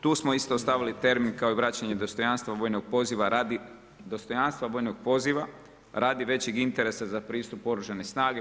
Tu smo isto stavili termin kao vračanje dostojanstva vojnog poziva radi dostojanstva vojnog poziva radi većeg interesa za pristup u Oružane snage.